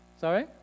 Sorry